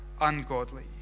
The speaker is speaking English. ungodly